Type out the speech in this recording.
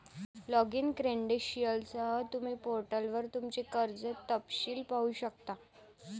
login क्रेडेंशियलसह, तुम्ही पोर्टलवर तुमचे कर्ज तपशील पाहू शकता